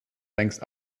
längst